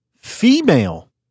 female